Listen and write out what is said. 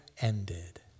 ended